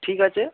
ঠিক আছে